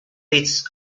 its